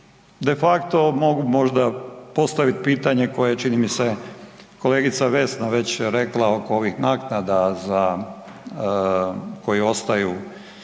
de facto mogu možda postaviti pitanje koje čini mi se kolegica Vesna već rekla oko ovih naknada za, koje ostaju